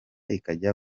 ikajya